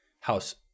house